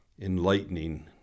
enlightening